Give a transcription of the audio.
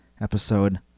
episode